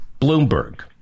Bloomberg